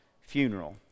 funeral